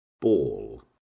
ball